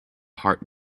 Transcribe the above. heart